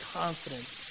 confidence